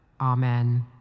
Amen